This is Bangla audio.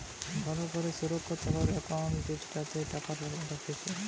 ভালো করে সুরক্ষা থাকা একাউন্ট জেতাতে টাকা রাখতিছে